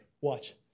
Watch